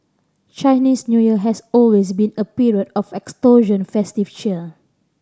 Chinese New Year has always been a period of extortion festive cheer